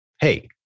hey